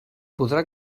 podrà